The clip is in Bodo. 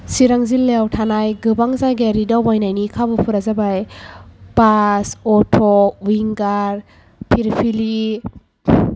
सिरां जिल्लायाव थानाय गोबां जायगायारि दावबायनायनि खाबुफोरा जाबाय बास अट' विंगार फिलफिलि